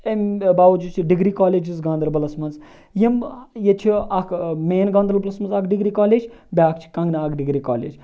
امہِ باوٚوجوٗد چھُ ڈِگری کالیجٕز گاندَربَلَس مَنٛز یِم ییٚتہِ چھُ اکھ مین گاندَربَلَس مَنٛز اکھ ڈِگری کالیج بیاکھ چھُ کَنٛگنہٕ اَکھ ڈِگری کالیج